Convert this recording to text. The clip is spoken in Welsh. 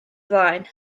flaen